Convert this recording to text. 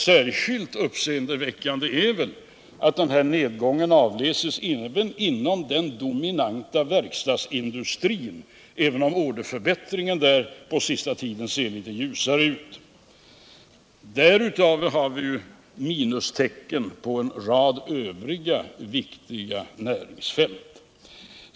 Särskilt uppseendeväckande är väl att nedgången avläses också inom den så dominerande verkstadsindustrin, även om orderförbättringen där på senaste tiden gör att det ser litet ljusare ut. Därutöver har vi minustecken på en rad andra viktiga näringsfält.